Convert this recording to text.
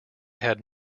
had